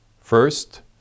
First